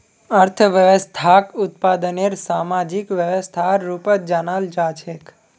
अर्थव्यवस्थाक उत्पादनेर सामाजिक व्यवस्थार रूपत जानाल जा छेक